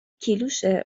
کیلوشه